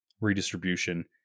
redistribution